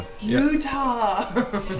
Utah